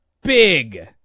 big